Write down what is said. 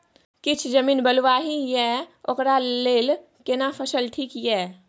किछ जमीन बलुआही ये ओकरा लेल केना फसल ठीक ये?